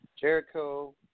Jericho